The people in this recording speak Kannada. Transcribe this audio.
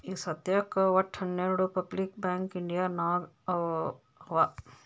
ಈಗ ಸದ್ಯಾಕ್ ವಟ್ಟ ಹನೆರ್ಡು ಪಬ್ಲಿಕ್ ಬ್ಯಾಂಕ್ ಇಂಡಿಯಾ ನಾಗ್ ಅವಾ